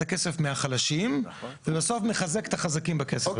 הכסף מהחלשים ובסוף מחזק את החזקים בכסף הזה.